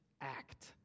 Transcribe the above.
act